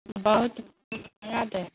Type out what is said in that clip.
बहुत महङ्गा दै